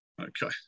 Okay